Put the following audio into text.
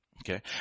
Okay